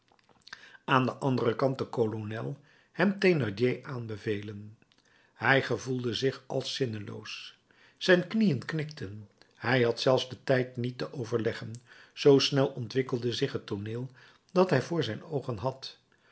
aan den anderen kant den kolonel hem thénardier aanbevelen hij gevoelde zich als zinneloos zijn knieën knikten hij had zelfs den tijd niet te overleggen zoo snel ontwikkelde zich het tooneel dat hij voor zijn oogen had